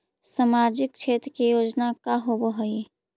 सामाजिक क्षेत्र के योजना का होव हइ?